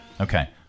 Okay